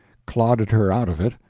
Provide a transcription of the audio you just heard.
clodded her out of it.